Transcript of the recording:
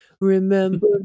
Remember